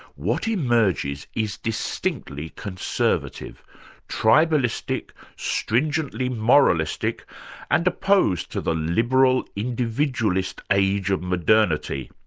what emerges is distinctly conservative tribalistic, stringently moralistic and opposed to the liberal, individualist age of modernity.